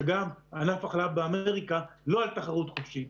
כשגם ענף החלב באמריקה הוא לא על תחרות חופשית.